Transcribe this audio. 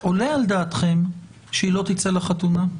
עולה על דעתכם שהיא לא תצא לחתונה?